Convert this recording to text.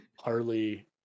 Harley